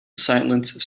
silence